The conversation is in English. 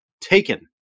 taken